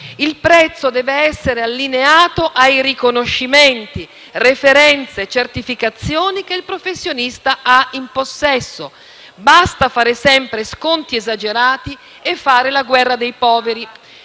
Il prezzo deve essere allineato a riconoscimenti, referenze e certificazioni che il professionista ha in possesso. Basta fare sempre sconti esagerati e fare la guerra dei poveri.